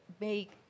make